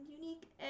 unique